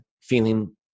feeling